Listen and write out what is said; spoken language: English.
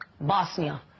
Bosnia